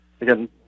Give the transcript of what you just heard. again